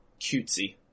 cutesy